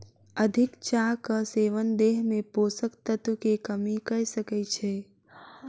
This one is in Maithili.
अधिक चाहक सेवन देह में पोषक तत्व के कमी कय सकै छै